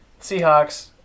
Seahawks